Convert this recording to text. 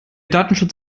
datenschutz